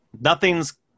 nothing's